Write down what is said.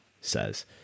says